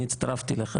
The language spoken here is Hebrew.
אני הצטרפתי אליך,